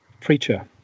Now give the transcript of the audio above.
preacher